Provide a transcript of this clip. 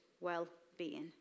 well-being